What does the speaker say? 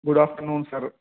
good after noon sir